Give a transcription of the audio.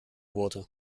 wurde